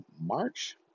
March